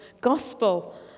gospel